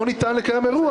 לא ניתן לקיים אירוע.